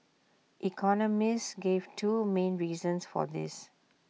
economists gave two main reasons for this